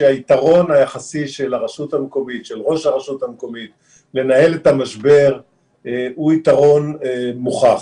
שהיתרון היחסי של ראש הרשות המקומית לנהל את המשבר הוא יתרון מוכח.